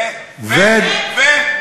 ו...